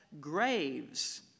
graves